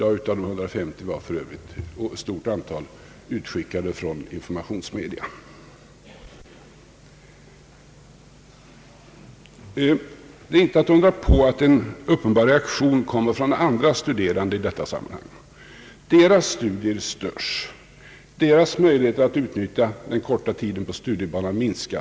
Av de 150 var för övrigt ett stort antal utskickade från informationsmedia. Det är inte att undra över att en uppenbar reaktion kommer från andra studerande i detta sammanhang. Deras studier störs, deras möjligheter att utnyttja den korta tiden på studiebanan minskas.